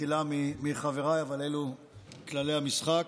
מחילה מחבריי, אבל אלו כללי המשחק.